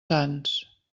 sants